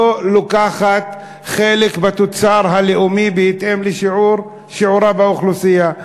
לא לוקחת חלק בתוצר הלאומי בהתאם לשיעורה באוכלוסייה,